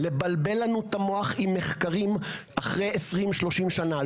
לבלבל לנו את המוח במחקרים אחרי 20 ו- 30 שנה,